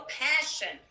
passion